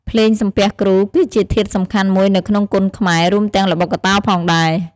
ភ្លេងសំពះគ្រូ គឺជាធាតុសំខាន់មួយនៅក្នុងគុនខ្មែរ រួមទាំងល្បុក្កតោផងដែរ។